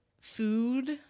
food